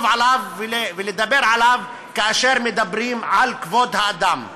עליו ולדבר עליו כאשר מדברים על כבוד האדם.